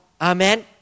Amen